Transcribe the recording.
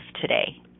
today